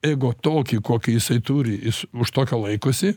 ego tokį kokį jisai turi ir už tokio laikosi